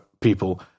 people